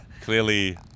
Clearly